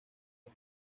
del